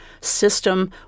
system